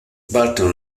burton